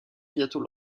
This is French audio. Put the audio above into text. bientôt